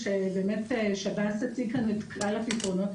האם בכלל יש טעם להשקיע בדמון אפילו רבע מיליון שקלים.